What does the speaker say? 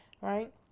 right